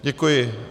Děkuji.